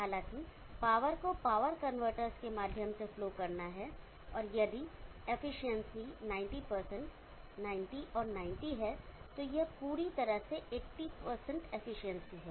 हालाँकि पावर को power converters के माध्यम से फ्लो करना है और यदि एफिशिएंसी 90 90 और 90 है तो यह पूरी तरह से 80 एफिशिएंसी है